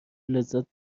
لذت